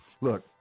look